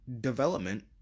Development